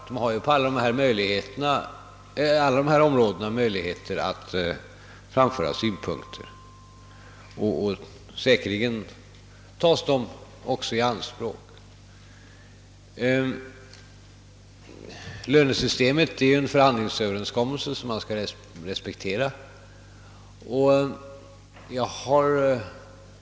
De har också på alla berörda områden möjligheter att framföra synpunkter, och säkerligen sker även detta. Lönesystemet är ju en förhandlingsöverenskommelse som man skall respektera.